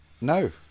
No